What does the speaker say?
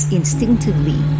instinctively